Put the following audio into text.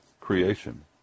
creation